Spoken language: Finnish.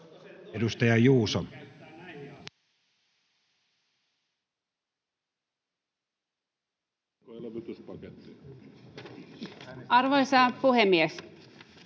Edustaja Östman. Arvoisa puhemies!